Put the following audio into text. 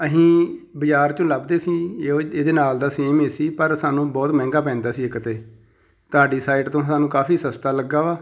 ਅਸੀਂ ਬਾਜ਼ਾਰ 'ਚੋਂ ਲੱਭਦੇ ਸੀ ਜੋ ਇਹਦੇ ਨਾਲ ਦਾ ਸੇਮ ਏ ਸੀ ਪਰ ਸਾਨੂੰ ਬਹੁਤ ਮਹਿੰਗਾ ਪੈਂਦਾ ਸੀ ਇੱਕ ਤਾਂ ਤੁਹਾਡੀ ਸਾਈਟ ਤੋਂ ਸਾਨੂੰ ਕਾਫੀ ਸਸਤਾ ਲੱਗਾ ਵਾ